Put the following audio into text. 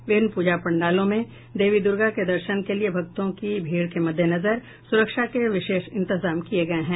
विभिन्न प्रजा पंडालों में देवी दुर्गा के दर्शन के लिए भक्तों की भीड़ के मद्देनजर सुरक्षा के विशेष इंतजाम किये गये हैं